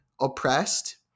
oppressed